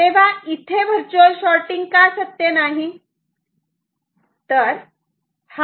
इथे virtual shooting का सत्य नाही